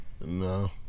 No